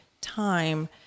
time